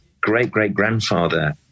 great-great-grandfather